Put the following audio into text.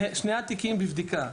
שני התיקים בבדיקה.